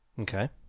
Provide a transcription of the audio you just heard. Okay